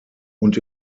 und